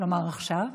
כלומר עכשיו.